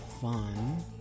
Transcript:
fun